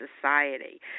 society